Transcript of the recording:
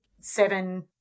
seven